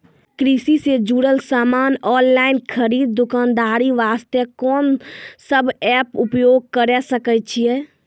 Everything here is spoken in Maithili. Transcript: कृषि से जुड़ल समान ऑनलाइन खरीद दुकानदारी वास्ते कोंन सब एप्प उपयोग करें सकय छियै?